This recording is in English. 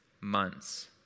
months